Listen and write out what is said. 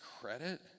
credit